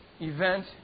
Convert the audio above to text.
event